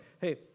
Hey